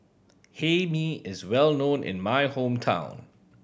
Hae Mee is well known in my hometown